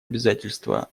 обязательства